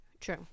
True